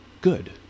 good